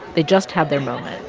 they just had their moment.